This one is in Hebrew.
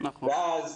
ואז